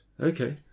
Okay